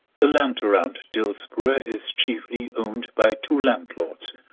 the land around dillsborough is chiefly owned by two landlords,